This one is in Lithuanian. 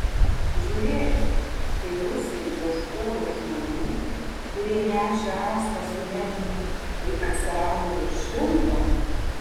žiūrėkit kai rusai ieškojo žmonių kurie nešė rastą su leninu tai atsirado virš šimto